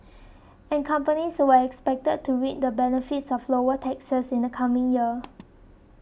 and companies were expected to reap the benefits of lower taxes in the coming year